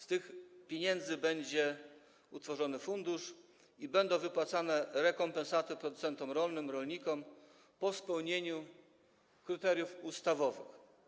Z tych pieniędzy będzie utworzony fundusz i będą wypłacane rekompensaty producentom rolnym, rolnikom po spełnieniu kryteriów ustawowych.